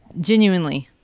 genuinely